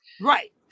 right